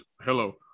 hello